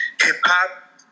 Hip-hop